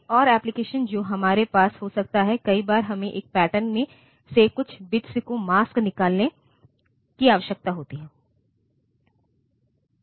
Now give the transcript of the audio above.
एक और एप्लिकेशन जो हमारे पास हो सकता है कई बार हमें एक पैटर्न से कुछ बिट्स को मास्क करने की आवश्यकता होती है